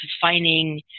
finding